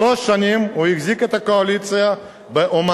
שלוש שנים הוא החזיק את הקואליציה באמנות,